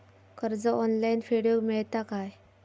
कर्ज ऑनलाइन फेडूक मेलता काय?